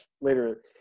later